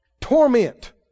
Torment